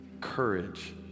courage